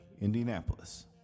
Indianapolis